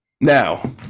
Now